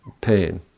pain